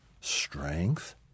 strength